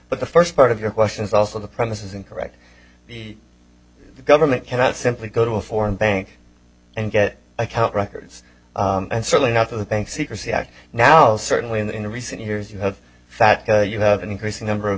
but the first part of your questions also the premise is incorrect the government cannot simply go to a foreign bank and get account records and certainly not the bank secrecy act now certainly in the recent years you have that you have an increasing number of